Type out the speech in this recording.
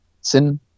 sin